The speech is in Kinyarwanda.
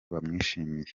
bamwishimiye